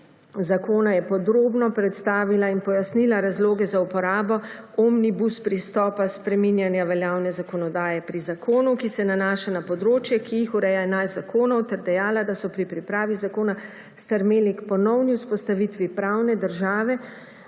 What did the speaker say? zakona je podrobno predstavila in pojasnila razloge za uporabo omnibus pristopa spreminjanja veljavne zakonodaje pri zakonu, ki se nanaša na področje, ki jih ureja 11 zakonov, ter dejala, da so pri pripravi zakona stremeli k ponovni vzpostavitvi pravne države,